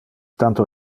tanto